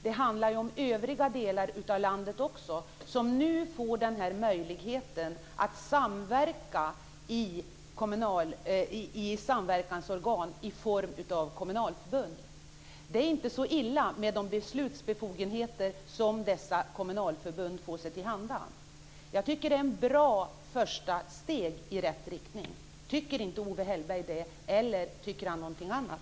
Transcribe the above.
Det handlar ju om övriga delar av landet också, som nu får den här möjligheten att samverka i samverkansorgan i form av kommunalförbund. Det är inte så illa med de beslutsbefogenheter som dessa kommunalförbund får sig tillhanda. Jag tycker att det är ett bra första steg i rätt riktning. Tycker inte Owe Hellberg det? Tycker han någonting annat?